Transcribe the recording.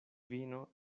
vino